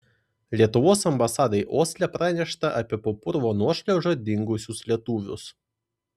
lietuvos ambasadai osle pranešta apie po purvo nuošliauža dingusius lietuvius